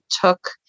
took